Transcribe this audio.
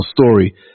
story